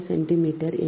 5 centimetre